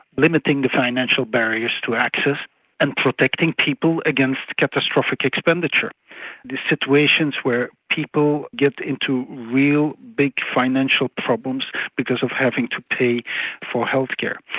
limiting the financial barriers to access and protecting people against catastrophic expenditure, these situations where people get into real big financial problems because of having to pay for health care.